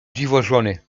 dziwożony